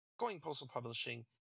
Goingpostalpublishing